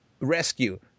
rescue